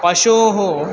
पशोः